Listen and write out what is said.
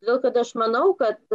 todėl kad aš manau kad